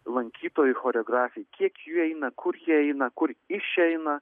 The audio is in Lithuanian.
lankytojų choreografijai kiek jų eina kur jie eina kur išeina